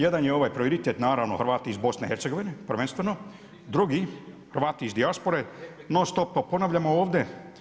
Jedan je prioritet naravno Hrvati iz BIH, prvenstveno, drugi Hrvati iz dijaspore, non stop to ponavljamo ovdje.